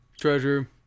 treasure